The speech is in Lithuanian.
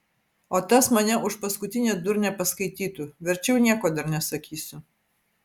o tas mane už paskutinę durnę paskaitytų verčiau nieko dar nesakysiu